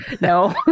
No